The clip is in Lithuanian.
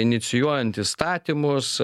inicijuojant įstatymus